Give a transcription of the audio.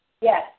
Yes